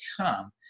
come